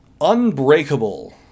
Unbreakable